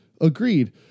agreed